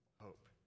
hope